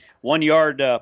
one-yard